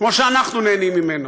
כמו שאנחנו נהנים ממנו.